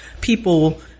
people –